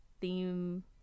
theme